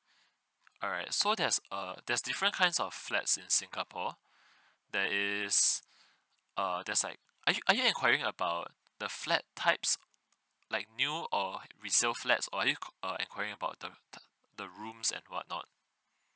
alright so there's a there's different kinds of flats in singapore there is err there's like are you are you enquiring about the flat types like new or resale flat or are you uh enquiring about the th~ the rooms and whatnot